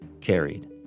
carried